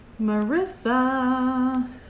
Marissa